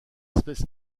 espèce